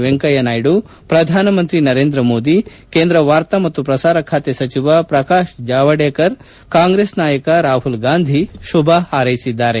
ವೆಂಕಯ್ಕನಾಯ್ತು ಪ್ರಧಾನಮಂತ್ರಿ ನರೇಂದ್ರ ಮೋದಿ ಕೇಂದ್ರ ವಾರ್ತಾ ಮತ್ತು ಪ್ರಸಾರ ಖಾತೆ ಸಚಿವ ಪ್ರಕಾಶ್ ಜಾವಡ್ಕೇರ್ ಕಾಂಗ್ರೆಸ್ ನಾಯಕ ರಾಹುಲ್ ಗಾಂಧಿ ಶುಭ ಹಾರೈಸಿದ್ದಾರೆ